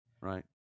Right